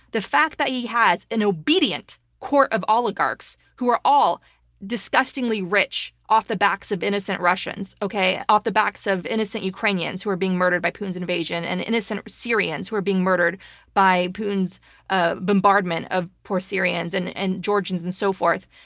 the fact that he has an obedient court of oligarchs who are all disgustingly rich off the backs of innocent russians, okay, off the backs of innocent ukrainians who are being murdered by putin's invasion, and innocent syrians who are being murdered by putin's ah bombardment of poor syrians and and georgians and so forth.